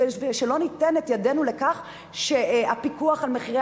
ושלא ניתן את ידנו לכך שהפיקוח על מחירי